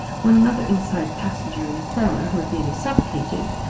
when another inside passenger in a corner, who is nearly suffocated,